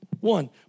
One